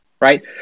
right